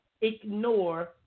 ignore